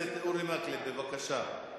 הכנסת אורי מקלב, בבקשה.